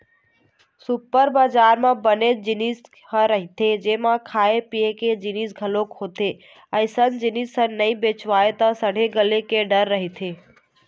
super बजार म बनेच जिनिस ह रहिथे जेमा खाए पिए के जिनिस घलोक होथे, अइसन जिनिस ह नइ बेचावय त सड़े गले के डर रहिथे